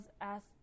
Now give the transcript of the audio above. asked